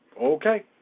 Okay